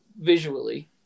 Visually